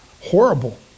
Horrible